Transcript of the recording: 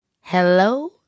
Hello